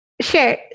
Sure